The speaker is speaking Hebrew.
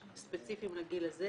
ספציפיים לגיל הזה